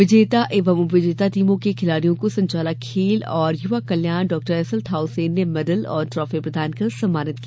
विजेता एवं उप विजेता टीमों के खिलाड़ियों को संचालक खेल और युवा कल्याण डॉ एसएल थाउसेन ने मेडल और ट्राफी प्रदान कर सम्मानित किया